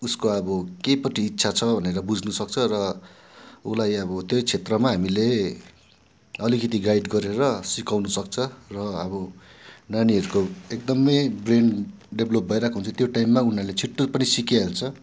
उसको अब केपट्टि इच्छा छ भनेर बुझ्नुसक्छ र उसलाई अब त्यही क्षेत्रमा हामीले अलिकति गाइड गरेर सिकाउनुसक्छ र अब नानीहरूको एकदमै ब्रेन डेभलप भइरहेको हुन्छ त्यो टाइममा उनीहरूले छिट्टो पनि सिकिहाल्छ